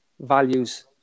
values